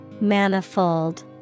Manifold